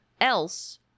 else